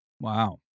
Wow